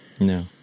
no